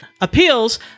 Appeals